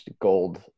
gold